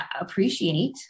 appreciate